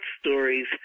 stories